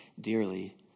dearly